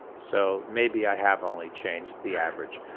so maybe i have only changed the average.